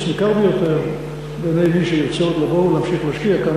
ניכר ביותר בידי מי שירצה עוד לבוא ולהמשיך להשקיע כאן,